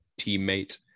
teammate